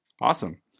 Awesome